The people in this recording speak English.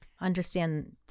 understand